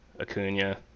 Acuna